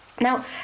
Now